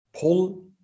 pull